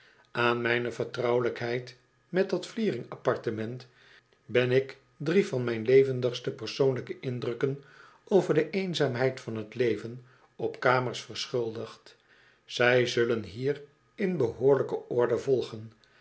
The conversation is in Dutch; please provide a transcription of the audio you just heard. aan mijne vertrouwelijkheid met dat vlieringappartement ben ik drie van mijn levendigste persoonlijke indrukken over de eenzaamheid van t leven op kamers verschuldigd zij zullen hier in behoorlijke orde volgen